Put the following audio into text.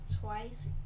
twice